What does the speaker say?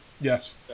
Yes